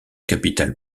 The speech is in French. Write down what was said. capitale